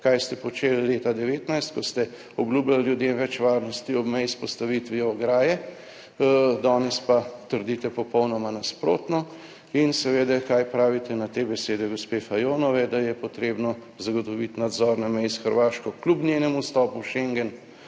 kaj ste počeli leta 2019, ko ste obljubljali ljudem več varnosti ob meji s postavitvijo ograje, danes pa trdite popolnoma nasprotno. In seveda, kaj pravite na te besede gospe Fajonove, da je potrebno zagotoviti nadzor na meji s Hrvaško kljub njenemu vstopu v Schengen,